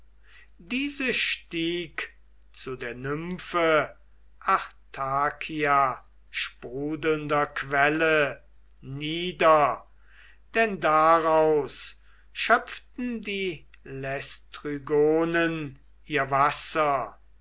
diese stieg zu der nymphe artakia sprudelnder quelle nieder denn daraus schöpften die laistrygonen ihr wasser